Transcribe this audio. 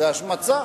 זו השמצה.